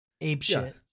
apeshit